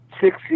six